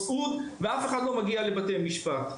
ואף אחד לא מגיע לבתי משפט.